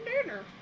dinner